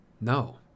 No